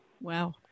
Wow